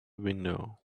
window